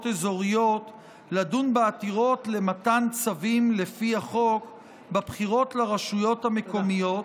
אזוריות לדון בעתירות למתן צווים לפי החוק בבחירות לרשויות המקומיות